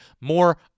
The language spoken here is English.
more